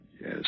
yes